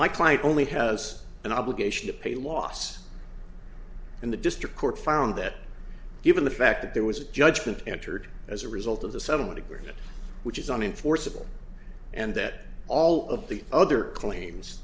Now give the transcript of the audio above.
my client only has an obligation to pay a loss and the district court found that given the fact that there was a judgment entered as a result of the settlement agreement which is an enforceable and that all of the other claims